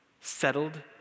settled